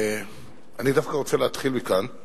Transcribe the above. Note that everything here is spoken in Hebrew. אני דווקא רוצה להתחיל מכאן: